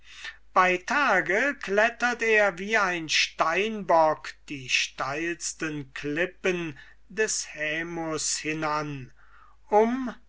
bei tage klettert er wie ein gems die steilsten klippen des hämus hinan um